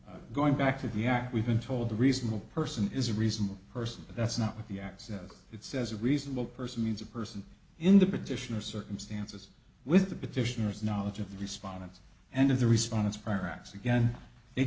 so going back to the act we've been told the reasonable person is a reasonable person but that's not the access it says a reasonable person needs a person in the position or circumstances with the petitioners knowledge of the response and of the response paragraphs again they